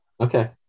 Okay